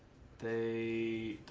the